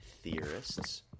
theorists